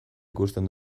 ikusten